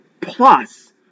Plus